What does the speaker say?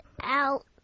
out